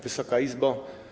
Wysoka Izbo!